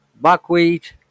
buckwheat